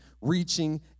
reaching